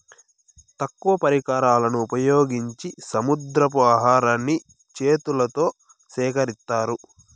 తక్కువ పరికరాలను ఉపయోగించి సముద్రపు ఆహారాన్ని చేతులతో సేకరిత్తారు